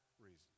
reason